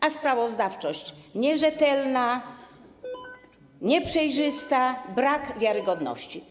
A sprawozdawczość nierzetelna, nieprzejrzysta, brak wiarygodności.